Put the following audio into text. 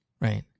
Right